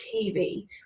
tv